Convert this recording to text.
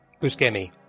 Buscemi